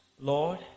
Lord